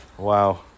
Wow